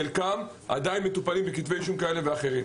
חלקם עדיין מטופלים בכתבי אישום כאלה ואחרים.